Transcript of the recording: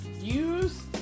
Use